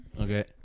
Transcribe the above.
Okay